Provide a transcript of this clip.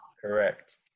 Correct